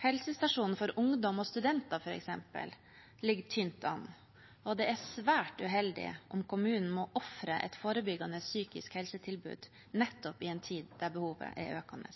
Helsestasjonen for ungdom og studenter, f.eks., ligger tynt an, og det er svært uheldig om kommunen må ofre et forebyggende psykisk helsetilbud nettopp i en tid da behovet er økende.